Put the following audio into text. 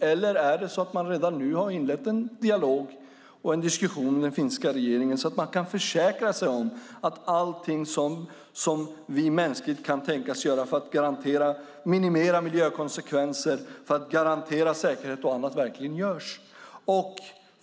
Eller är det så att man redan nu har inlett en dialog och en diskussion med den finska regeringen så att man kan försäkra sig om att allting som vi mänskligt kan tänkas göra för att minimera miljökonsekvenser och garantera säkerhet och annat verkligen görs?